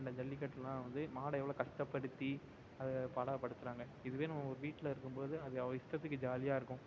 இந்த ஜல்லிக்கட்டெல்லாம் வந்து மாடை எவ்வளோ கஷ்டப்படுத்தி அதை பாடாப்படுத்துகிறாங்க இதுவே நம்ம ஒரு வீட்டில் இருக்கும்போது அது அது இஷ்டத்துக்கு ஜாலியாக இருக்கும்